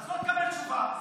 אז לא תקבל תשובה,